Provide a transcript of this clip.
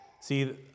See